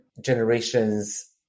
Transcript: generations